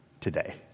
today